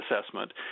assessment